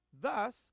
Thus